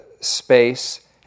space